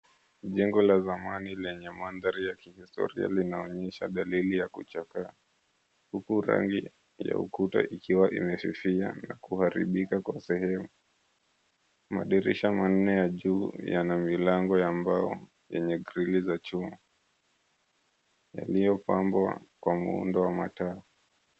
Jengo la zamani lenye mandhari ya kihistoria linaonyesha dalili ya kuchakaa, huku rangi ya ukuta ikiwa imefifia na kuharibika kwa sehemu. Madirisha manne ya juu yana milango ya mbao yenye grili za chuma yaliyopambwa kwa muundo wa mataa.